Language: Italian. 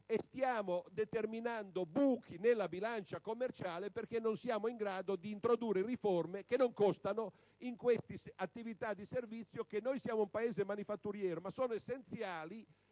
stiamo determinando buchi nella bilancia commerciale perché non siamo in grado di introdurre riforme che non costano in queste attività di servizio, che per noi, che siamo un Paese manifatturiero, sono essenziali